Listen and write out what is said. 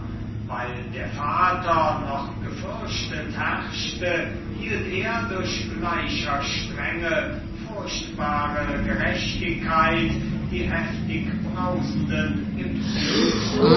weil der vater noch gefürchtet herrschte hielt er durch gleiche strenge furchtbare gerechtigkeit die heftigbrausenden im zügel